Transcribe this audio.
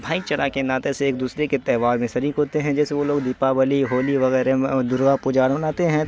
بھائی چارہ کے ناطے سے ایک دوسرے کے تہوار میں شریک ہوتے ہیں جیسے وہ لوگ دیپاولی ہولی وغیرہ میں درگا پوجا مناتے ہیں